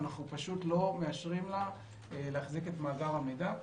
אנחנו פשוט לא מאשרים לה להחזיק את מאגר המידע.